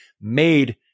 made